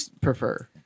prefer